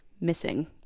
missing